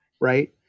right